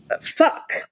fuck